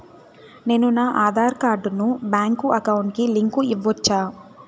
నేను నా ఆధార్ కార్డును బ్యాంకు అకౌంట్ కి లింకు ఇవ్వొచ్చా?